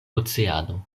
oceano